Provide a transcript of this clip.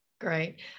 Great